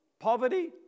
Poverty